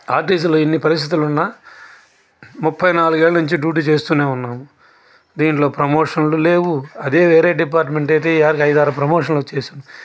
ఆర్టీసీలో ఇన్ని పరిస్థితులు ఉన్నా ముప్పై నాలుగేళ్ళు నుంచి డ్యూటీ చేస్తూనే ఉన్నాం దీంట్లో ప్రమోషన్లు లేవు అదే వేరే డిపార్ట్మెంట్ అయితే ఈ యారికి ఐదు ఆరు ప్రమోషన్లు వచ్చేసివి